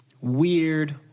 weird